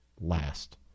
last